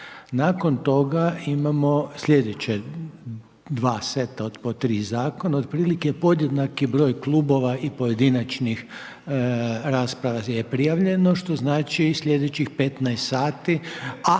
Nakon toga, imamo slijedeće, 2 seta po 3 zakona, otprilike, podjednaki broj klubova i pojedinačnih rasprava je prijavljeno, što znači sljedećih 15 sati, a